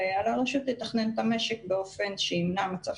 ועל הרשות לתכנן את המשק באופן שימנע מצב